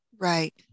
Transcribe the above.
Right